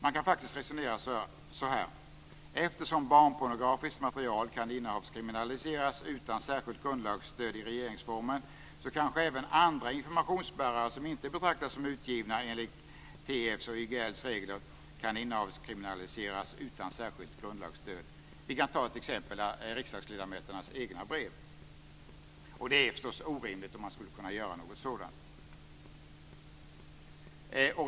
Man kan resonera så här: Eftersom barnpornografiskt material kan innehavskriminaliseras utan särskilt grundlagsstöd i regeringsformen kanske även andra informationsbärare som inte betraktas som utgivna enligt TF:s och YGL:s regler kan innehavskriminaliseras utan särskilt grundlagsstöd. Vi kan som exempel ta riksdagsledamöternas egna brev. Det är förstås orimligt om man skulle kunna göra något sådant.